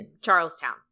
Charlestown